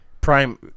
Prime